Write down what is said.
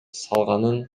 салганын